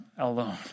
alone